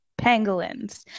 pangolins